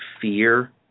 fear